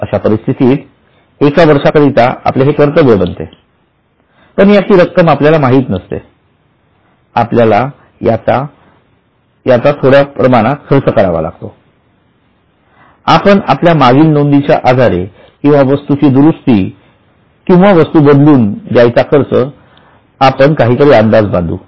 अशा परिस्थितीत एक वर्षा करिता आपले हे कर्तव्य बनते पण याची रक्कम आपल्याला माहित नसते आपल्याला याचा थोड्या प्रमाणात खर्च करावा लागतो याचा आपण आपल्या मागील नोंदीच्या आधारे किंवा वस्तू ची दुरुस्ती आणि वस्तू बदलून द्यायच्या खर्चाचा आपण काहीतरी अंदाज बांधू